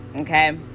okay